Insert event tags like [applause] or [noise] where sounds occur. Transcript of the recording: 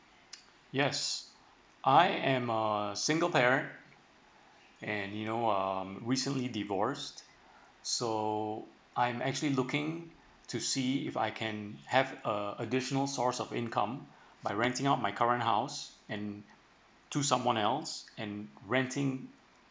[noise] yes I am a single parent and you know um recently divorce so I'm actually looking to see if I can have a additional source of income by renting out my current house and to someone else and renting